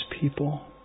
people